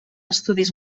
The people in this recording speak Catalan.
estudis